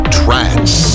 trance